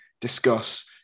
discuss